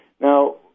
Now